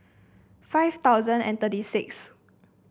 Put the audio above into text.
five thousand and thirty six